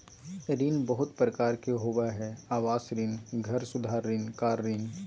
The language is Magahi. ऋण बहुत प्रकार के होबा हइ आवास ऋण, घर सुधार ऋण, कार ऋण